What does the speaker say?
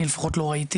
אני לפחות לא ראיתי